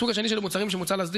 הסוג השני של המוצרים שמוצע להסדיר